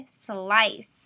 slice